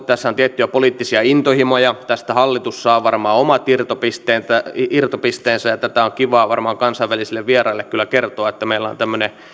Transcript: tässä on tiettyjä poliittisia intohimoja tästä hallitus saa varmaan omat irtopisteensä irtopisteensä ja tätä on kivaa varmaan kansainvälisille vieraille kyllä kertoa että meillä on tämmöinen